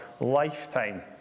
lifetime